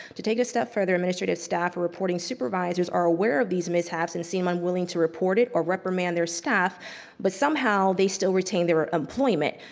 to take a step further, administrative staff who are reporting supervisors are aware of these mishaps and seem unwilling to report it or reprimand their staff but somehow they still retain their employment.